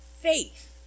faith